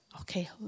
okay